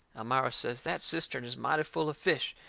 elmira says that cistern is mighty full of fish,